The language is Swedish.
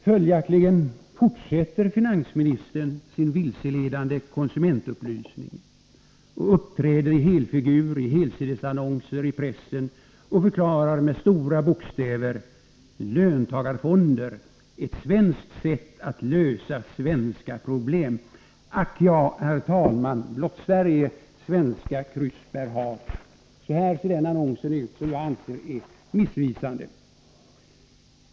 Följaktligen fortsätter finansministern sin vilseledande konsumentupplysning och uppträder i helfigur i helsidesannonser i pressen och förklarar med stora bokstäver: ”Löntagarfonder: Ett svenskt sätt att lösa svenska problem.” Så ser annonsen ut, som jag anser missvisande. Ack ja, herr talman! Blott Sverige svenska krusbär har!